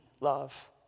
love